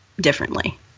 differently